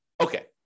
Okay